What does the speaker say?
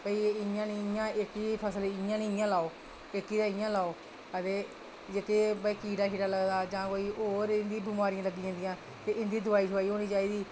भई एह् इ'यां निं इ'यां एह्की फसल इ'यां निं इ'यां लाओ एह्की ते इ'यां लाओ ते जेह्के ते कीड़ा लगदा जां कोई होर इं'दी बमारी लग्गी जंदियां ते इं'दी दोआई होना चाहिदी